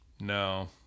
No